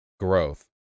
Growth